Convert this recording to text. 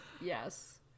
Yes